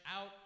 out